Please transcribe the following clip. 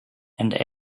and